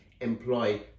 employ